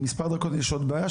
עם מספר דרכון יש עוד בעיה,